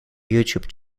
youtube